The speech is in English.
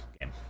game